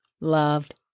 loved